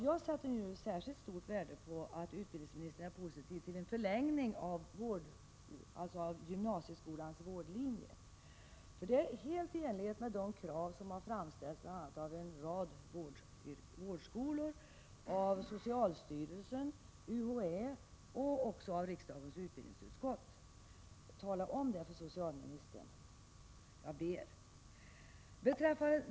Jag sätter särskilt stort värde på att utbildningsministern är positiv till en förlängning av gymnasieskolans vårdlinje. Det är helt i enlighet med de krav som har framställts av en rad vårdskolor, socialstyrelsen, UHÄ och även riksdagens utbildningsutskott. Tala om detta för socialministern — jag ber!